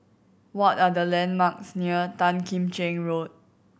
what are the landmarks near Tan Kim Cheng Road